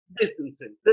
distancing